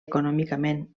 econòmicament